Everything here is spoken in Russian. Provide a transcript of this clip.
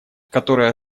которая